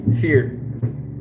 fear